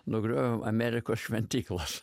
nugriovėm amerikos šventyklas